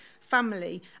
family